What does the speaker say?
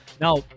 Now